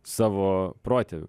savo protėvių